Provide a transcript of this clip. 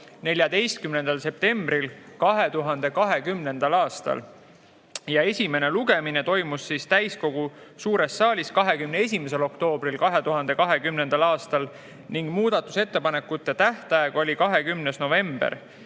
14. septembril 2020. aastal. Esimene lugemine toimus täiskogu suures saalis 21. oktoobril 2020. aastal ning muudatusettepanekute tähtaeg oli 20. november.